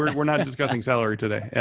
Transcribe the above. we're we're not discussing salary today.